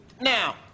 Now